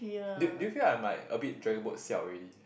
do do you feel like I'm a bit dragon boat siao already